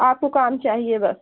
आपको काम चाहिए बस